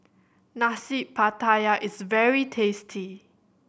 Nasi Pattaya is very tasty